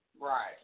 Right